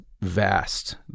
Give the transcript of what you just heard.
vast